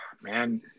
man